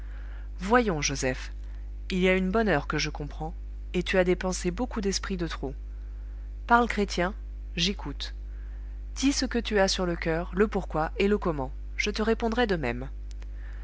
voyons joseph il y a une bonne heure que je comprends et tu as dépensé beaucoup d'esprit de trop parle chrétien j'écoute dis ce que tu as sur le coeur le pourquoi et le comment je te répondrai de même